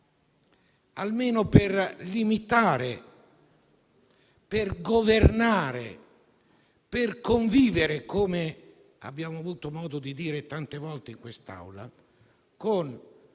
almeno per limitare, governare e convivere, come abbiamo avuto modo di dire tante volte in quest'Aula, con